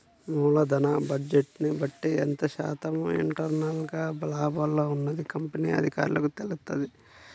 మూలధన బడ్జెట్ని బట్టి ఎంత శాతం ఇంటర్నల్ గా లాభాల్లో ఉన్నది కంపెనీ అధికారులకు తెలుత్తది